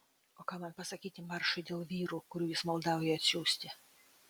o ką man pasakyti maršui dėl vyrų kurių jis maldauja atsiųsti